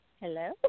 Hello